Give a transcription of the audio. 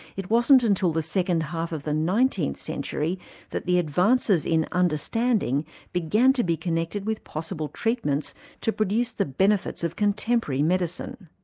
it wasn't until the second half of the nineteenth century that the advances in understanding began to be connected with possible treatments to produce the benefits of contemporary medicine.